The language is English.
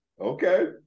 Okay